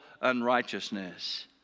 unrighteousness